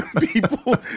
people